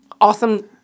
awesome